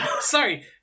Sorry